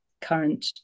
current